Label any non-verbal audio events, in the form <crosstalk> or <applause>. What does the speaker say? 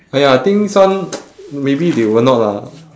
!aiya! I think some <noise> maybe they will not lah